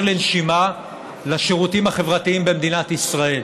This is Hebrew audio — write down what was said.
לנשימה לשירותים החברתיים במדינת ישראל.